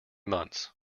months